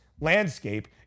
landscape